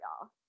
y'all